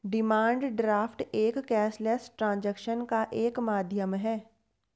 demand draft एक cashless transaction का एक माध्यम है